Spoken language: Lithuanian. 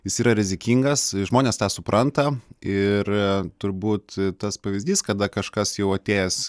jis yra rizikingas žmonės tą supranta ir turbūt tas pavyzdys kada kažkas jau atėjęs